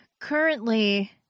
currently